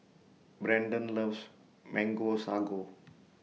Brendan loves Mango Sago